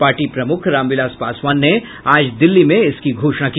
party प्रमुख रामविलास पासवान ने आज दिल्ली में इसकी घोषणा की